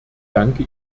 danke